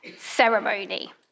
ceremony